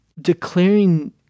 declaring